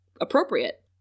appropriate